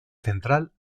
central